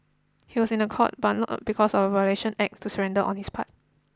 he was in a court but not because of a violation act to surrender on his part